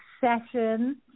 session